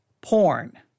porn